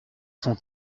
son